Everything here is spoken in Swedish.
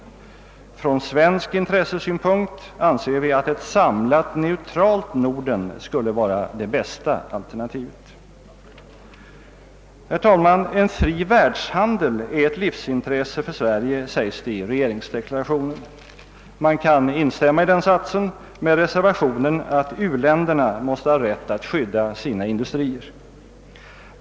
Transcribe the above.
Från svensk intressesynpunkt anser vi att ett samlat neutralt Norden skulle vara det bästa alternativet. Herr talman! En fri världshandel är ett livsintresse för Sverige, sägs det i regeringsdeklarationen. Man kan instämma i den satsen med reservationen, att u-länderna måste ha rätt att skydda sina industrier.